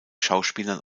schauspielern